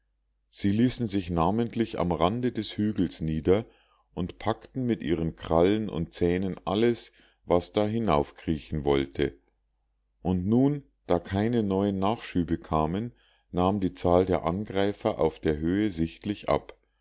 sie ließen sich namentlich am rande des hügels nieder und packten mit ihren krallen und zähnen alles was da heraufkriechen wollte und nun da keine neuen nachschübe kamen nahm die zahl der angreifer auf der höhe sichtlich ab